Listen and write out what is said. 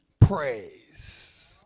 Praise